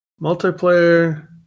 Multiplayer